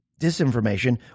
disinformation